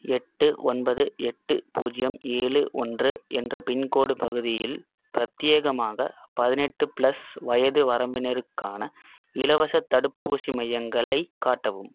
எட்டு ஒன்பது எட்டு பூஜ்ஜியம் ஏழு ஒன்று என்ற பின்கோடு பகுதியில் பிரத்யேகமாக பதினெட்டு ப்ளஸ் வயது வரம்பினருக்கான இலவச தடுப்பூசி மையங்களை காட்டவும்